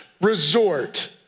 resort